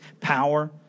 power